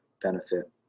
benefit